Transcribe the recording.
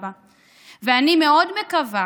אלא לגור במקום